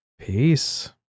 Peace